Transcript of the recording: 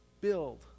Build